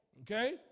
Okay